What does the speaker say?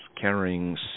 carrying